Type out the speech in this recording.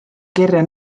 kirja